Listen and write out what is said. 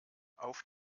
auf